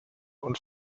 und